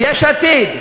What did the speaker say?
יש עתיד,